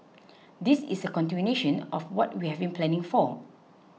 this is a continuation of what we have been planning for